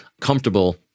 comfortable